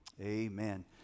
amen